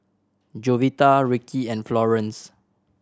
Jovita Rickey and Florance